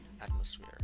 atmosphere